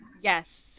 Yes